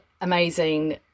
amazing